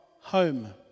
home